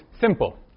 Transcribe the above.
simple